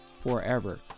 forever